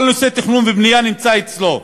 כל נושא התכנון והבנייה נמצא אצלו,